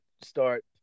start